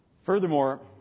Furthermore